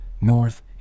north